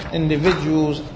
individuals